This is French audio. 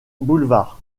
boulevard